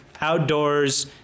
outdoors